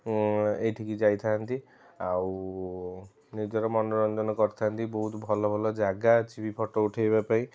ଉଁ ଏଇଠିକି ଯାଇଥାନ୍ତି ଆଉ ନିଜର ମନୋରଞ୍ଜନ କରିଥାନ୍ତି ବହୁତ ଭଲଭଲ ଯାଗା ଅଛି ବି ଫଟୋ ଉଠାଇବା ପାଇଁ